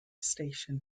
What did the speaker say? station